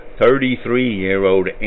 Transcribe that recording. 33-year-old